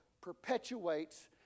perpetuates